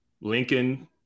Lincoln